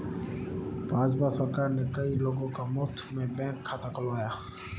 भाजपा सरकार ने कई लोगों का मुफ्त में बैंक खाता खुलवाया